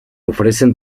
ofrecen